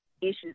issues